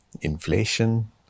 inflation